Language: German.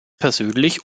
persönlich